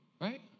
Right